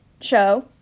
show